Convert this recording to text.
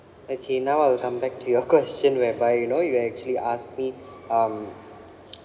okay now I'll come back to your question whereby you know you actually asked me um